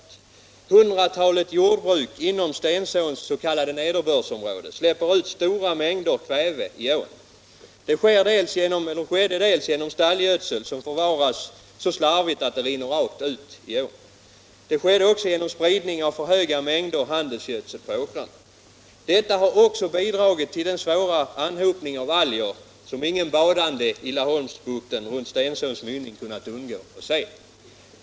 Ett hundratal jordbruk inom Stensåns s.k. nederbördsområde släpper ut stora mängder kväve i ån. Det sker dels genom stallgödsel som förvaras så slarvigt att den rinner rakt ut i ån, dels genom spridning av för höga mängder handelsgödsel på åkrarna. Detta har också bidragit till den svåra anhopning av alger som ingen badande i Laholmsbukten runt Stensåns mynning kunnat undgå att se.